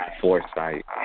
foresight